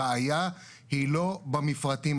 הבעיה היא לא במפרטים.